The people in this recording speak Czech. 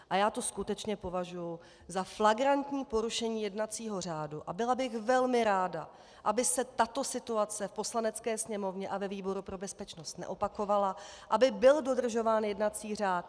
A já to skutečně považuji za flagrantní porušení jednacího řádu a byla bych velmi ráda, aby se tato situace v Poslanecké sněmovně a ve výboru pro bezpečnost neopakovala, aby byl dodržován jednací řád.